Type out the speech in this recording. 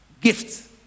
gifts